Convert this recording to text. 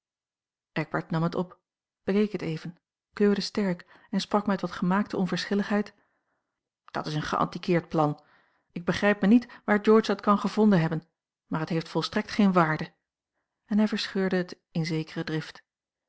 eckbert nam het op bekeek het even kleurde sterk en sprak met wat gemaakte onverschilligheid dat is een geantiqueerd plan ik begrijp mij niet waar george dat kan gevonden hebben maar het heeft volsterkt geen waarde en hij verscheurde het in zekere drift